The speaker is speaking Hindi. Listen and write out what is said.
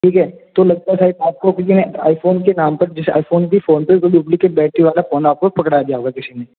ठीक है तो लगता है शायद आपको किसी ने आईफोन के नाम पर जैसे आईफोन भी फ़ोन पे कोई डुप्लिकेट बैठे वाला फ़ोन आप को पकड़ा दिया होगा किसी ने